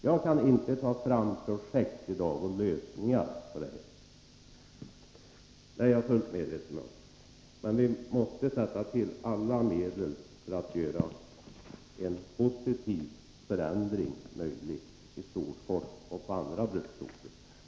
Jag är fullt medveten om att jag inte i dag kan peka på några projekt som kan lösa problemen, men vi måste sätta in alla åtgärder som kan möjliggöra en positiv förändring i Storfors och på andra bruksorter.